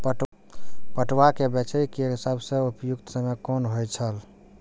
पटुआ केय बेचय केय सबसं उपयुक्त समय कोन होय छल?